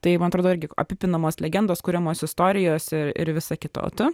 tai man atrodo irgi apipinamos legendos kuriamos istorijos ir visa kita o tu